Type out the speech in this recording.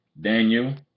Daniel